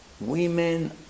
Women